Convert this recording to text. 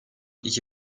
iki